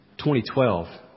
2012